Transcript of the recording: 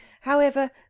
However